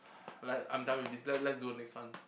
like I'm done with this let's let's do the next one